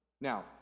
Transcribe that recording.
Now